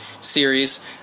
series